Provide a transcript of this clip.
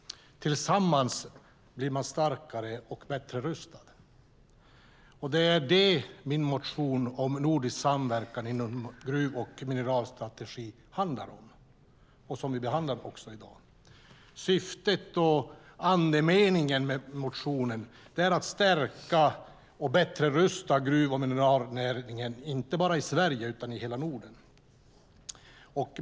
Tillsammans blir man starkare och bättre rustad. Det är det min motion om nordisk samverkan inom gruv och mineralstrategin handlar om. Det är också den vi behandlar i dag. Syftet och andemeningen med motionen är att stärka och bättre rusta gruv och mineralnäringen inte bara i Sverige utan i hela Norden.